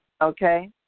okay